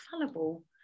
fallible